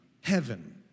heaven